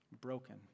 broken